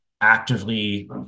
actively